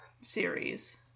series